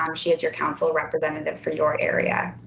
um she is your council representative for your area.